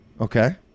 Okay